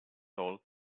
sol